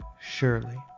surely